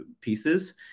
pieces